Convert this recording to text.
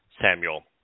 Samuel